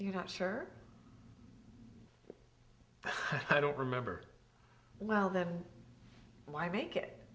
you're not sure i don't remember well then why make it